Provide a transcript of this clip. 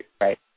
Right